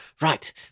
right